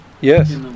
Yes